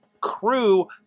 crew